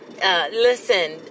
Listen